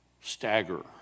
stagger